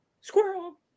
squirrel